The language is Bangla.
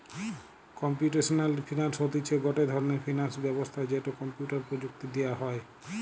কম্পিউটেশনাল ফিনান্স হতিছে গটে ধরণের ফিনান্স ব্যবস্থা যেটো কম্পিউটার প্রযুক্তি দিয়া হই